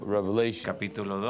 Revelation